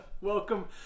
Welcome